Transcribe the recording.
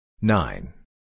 nine